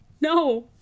No